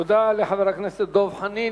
תודה לחבר הכנסת דב חנין.